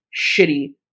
shitty